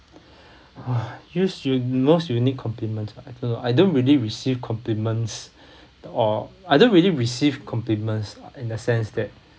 use your most unique compliment I don't know I don't really receive compliments or I don't really receive compliments in a sense that